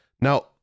Now